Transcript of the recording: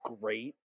great